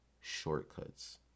shortcuts